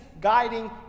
guiding